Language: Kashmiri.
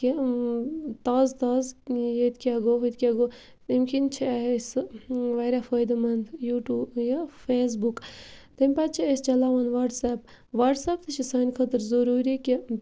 کہِ تازٕ تازٕ ییٚتہِ کیٛاہ گوٚو ہُتہِ کیٛاہ گوٚو اَمہِ کِنۍ چھِ اَسہِ واریاہ فٲیدٕ مَند یوٗٹوٗ یہِ فیسبُک تمہِ پَتہٕ چھِ أسۍ چَلاوان وٹسپ وٹسپ تہِ چھُ سانہِ خٲطرٕ ضٔروٗری کہِ